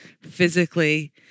physically